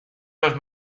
los